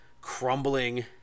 crumbling